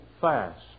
fast